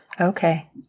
Okay